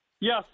Yes